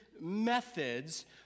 methods